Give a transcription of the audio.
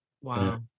Wow